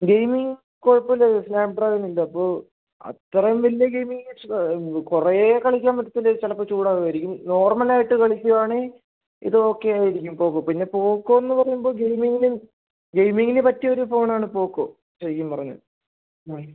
gaming കുഴപ്പമില്ല ഇത് സ്നാപ്പ്ഡ്രാഗണില്ലപ്പോൾ അത്രയും വലിയ ഗെയ്മിംഗ് കുറേ കളിക്കാൻ പറ്റത്തില്ലേ ചിലപ്പോൾ ചൂടാവുമായിരിക്കും നോർമ്മലായിട്ട് കളിക്കുകയാണെങ്കിൽ ഇത് ഓക്കെ ആയിരിക്കും പോക്കോ പിന്നെ പോക്കോയെന്നു പറയുമ്പോൾ ഗെയ്മിംഗിന് ഗെയ്മിംഗിന് പറ്റിയൊരു ഫോണാണ് പോക്കോ ശരിക്കും പറഞ്ഞാൽ